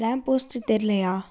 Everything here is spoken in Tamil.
லேம் போஸ்ட் தெரிலையா